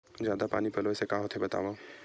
जादा पानी पलोय से का होथे बतावव?